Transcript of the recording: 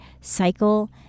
cycle